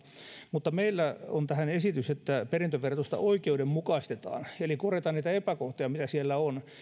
mutta meillä on tähän esitys että perintöverotusta oikeudenmukaistetaan eli korjataan niitä epäkohtia mitä siellä on